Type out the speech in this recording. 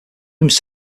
rooms